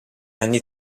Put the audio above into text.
anni